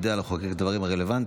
ויודע לחוקק את הדברים הרלוונטיים.